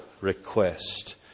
request